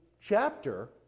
chapter